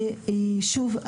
שוב,